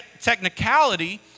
technicality